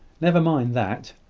never mind that.